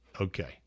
Okay